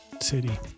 city